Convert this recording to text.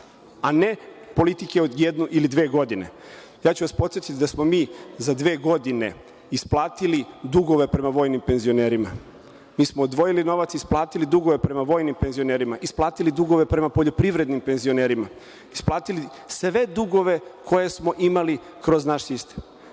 a ne politike od jedne ili dve godine. Podsetiću vas, da smo mi za dve godine isplatili dugove prema vojnim penzionerima, mi smo odvojili novac i isplatili dugove prema vojnim penzionerima, isplatili dugove prema poljoprivrednim penzionerima, isplatili sve dugove koje smo imali kroz naš sistem,